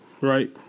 right